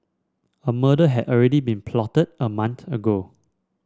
a murder had already been plotted a month ago